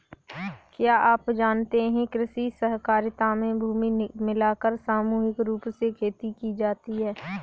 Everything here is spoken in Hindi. क्या आप जानते है कृषि सहकारिता में भूमि मिलाकर सामूहिक रूप से खेती की जाती है?